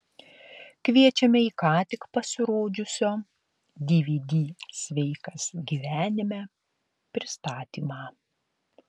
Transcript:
kviečiame į ką tik pasirodžiusio dvd sveikas gyvenime pristatymą